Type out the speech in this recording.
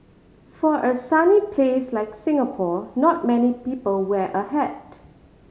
for a sunny place like Singapore not many people wear a hat